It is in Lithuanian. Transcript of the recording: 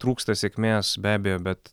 trūksta sėkmės be abejo bet